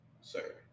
sir